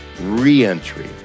re-entry